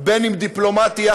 ובין דיפלומטי,